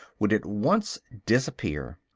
would at once disappear.